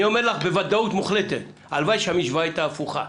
אני אומר לך בוודאות מוחלטת הלוואי שהמשוואה הייתה הפוכה,